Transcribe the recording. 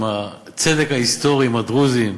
עם הצדק ההיסטורי עם הדרוזים,